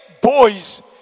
boys